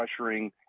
pressuring